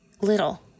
little